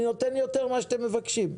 אני נותן יותר ממה שאתם מבקשים,